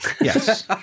Yes